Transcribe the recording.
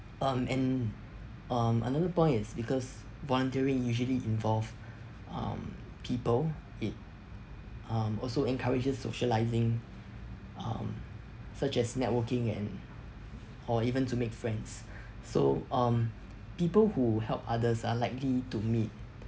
um and um another point is because volunteering usually involve um people it um also encourages socialising um such as networking and or even to make friends so um people who help others are likely to meet